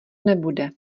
nebude